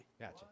Gotcha